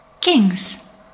Kings